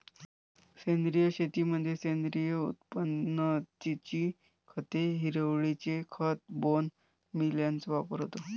सेंद्रिय शेतीमध्ये सेंद्रिय उत्पत्तीची खते, हिरवळीचे खत, बोन मील यांचा वापर होतो